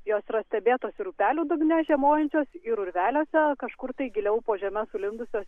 jos yra stebėtos ir upelių dugne žiemojančios ir urveliuose kažkur giliau po žeme sulindusios